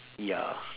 ya